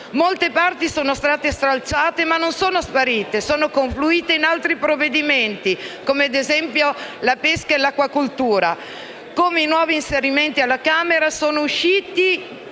Molte parti sono state stralciate, ma non sono sparite in quanto confluite in altri provvedimenti (come, ad esempio, per la pesca e l'acquacoltura), così come i nuovi inserimenti alla Camera dei deputati